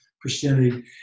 Christianity